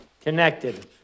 connected